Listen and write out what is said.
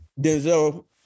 Denzel